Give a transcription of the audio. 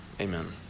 Amen